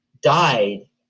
died